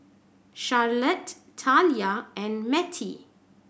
Charlottie Thalia and Matie